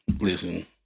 listen